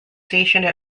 stationed